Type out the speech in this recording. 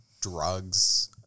drugs